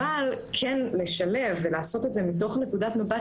אבל כן לשלב ולעשות את זה מתוך נקודת מבט